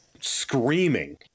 screaming